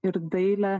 ir dailė